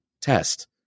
test